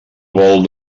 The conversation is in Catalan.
vol